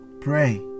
Pray